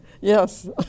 Yes